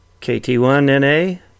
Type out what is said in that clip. KT1NA